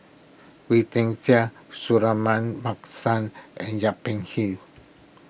Wee Tian Siak Suratman Markasan and Yip Pin Xiu